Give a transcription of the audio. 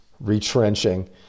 retrenching